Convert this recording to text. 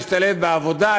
להשתלב בעבודה,